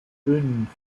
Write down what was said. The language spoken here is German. fünf